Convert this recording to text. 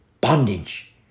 bondage